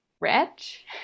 rich